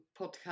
podcast